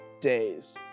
days